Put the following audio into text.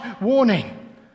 warning